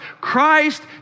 Christ